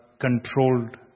controlled